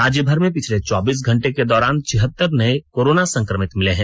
राज्यभर में पिछले चौबीस घंटे के दौरान छिहतर नये कोरोना संक्रमित मिले हैं